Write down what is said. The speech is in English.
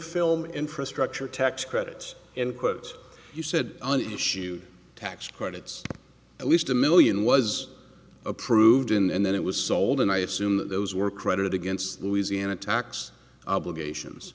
film infrastructure tax credits and quote you said an issue tax credits at least a million was approved and then it was sold and i assume that those were credited against louisiana tax obligations